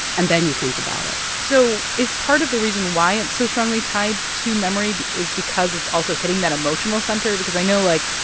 and then you think about it so is part of the reason why it's so strongly tied to memory is because it's also hitting that emotional center? because i know, like,